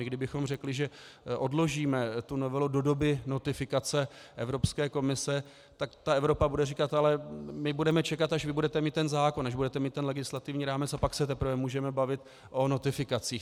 Kdybychom řekli, že odložíme novelu do doby notifikace Evropské komise, tak Evropa bude říkat: ale my budeme čekat, až budete mít ten zákon, až budete mít ten legislativní rámec, a pak se teprve můžeme bavit o notifikacích.